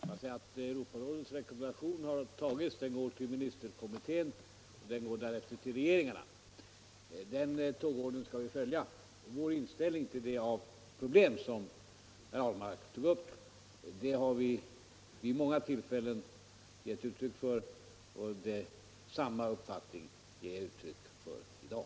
Herr talman! Jag vill säga att Europarådets rekommendation har antagits och att den tågordning som vi skall följa innebär att den därefter skall behandlas i ministerkommittén och sedan gå ut till regeringarna. Vår inställning till de problem herr Ahlmark tog upp har vi vid många tillfällen givit uttryck för, och jag har samma uppfattning i dag.